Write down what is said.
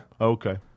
Okay